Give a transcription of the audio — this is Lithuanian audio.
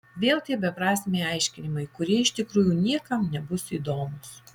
vėl tie beprasmiai aiškinimai kurie iš tikrųjų niekam nebus įdomūs